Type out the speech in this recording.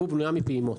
יפה.